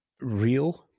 real